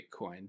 Bitcoin